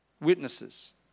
witnesses